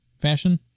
fashion